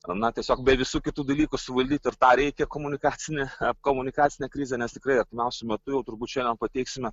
na tiesiog be visų kitų dalykų suvaldyti ir tą reikia komunikacinį komunikacinę krizę nes tikrai artimiausiu metu jau turbūt šiandien pateiksime